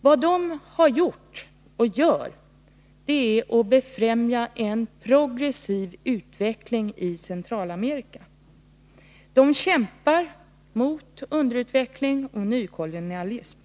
Vad man på Grenada har gjort och gör är att befrämja en progressiv utveckling i Centralamerika. Grenada kämpar mot underutveckling och nykolonialism.